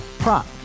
Prop